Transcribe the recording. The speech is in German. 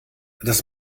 das